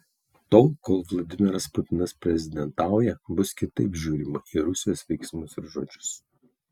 tol kol vladimiras putinas prezidentauja bus kitaip žiūrima į rusijos veiksmus ir žodžius